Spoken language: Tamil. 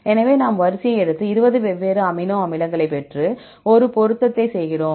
எனவே நாம் வரிசையை எடுத்து 20 வெவ்வேறு அமினோ அமிலங்களைப் பெற்று ஒரு பொருத்தத்தை செய்கிறோம்